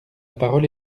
parole